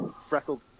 freckled